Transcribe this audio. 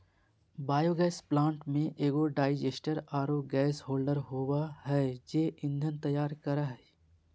biogas plant में एगो digester आरो गैस होल्डर होबा है जे ईंधन तैयार करा हइ